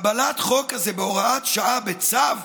שקבלת חוק כזה בהוראת שעה, בצו,